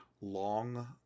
long